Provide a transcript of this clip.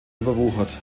überwuchert